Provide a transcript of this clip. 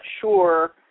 sure